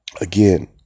again